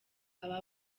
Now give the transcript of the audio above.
aba